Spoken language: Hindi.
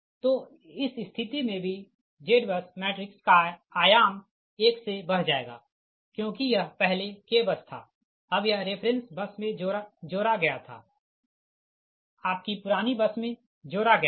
तो इस स्थिति मे भी ZBUS मैट्रिक्स का आयाम एक से बढ़ जाएगा क्योंकि यह पहले k बस था अब यह रेफ़रेंस बस मे जोड़ा गया था आपकी पुरानी बस मे जोड़ा गया है